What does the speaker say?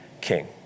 king